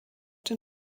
den